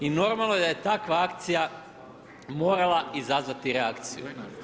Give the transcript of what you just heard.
I normalno da je takva akcija morala izazvati reakciju.